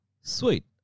Sweet